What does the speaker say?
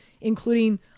including